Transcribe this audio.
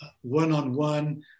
one-on-one